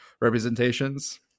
representations